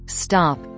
stop